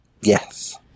Yes